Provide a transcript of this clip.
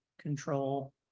control